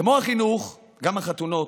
כמו החינוך, גם החתונות.